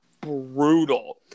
brutal